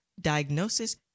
diagnosis